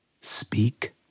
speak